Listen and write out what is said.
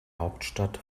hauptstadt